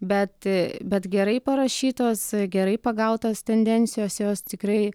bet bet gerai parašytos gerai pagautos tendencijos jos tikrai